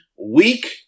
week